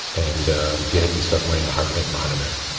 and he had me start wearing a heartrate monitor.